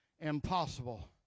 Impossible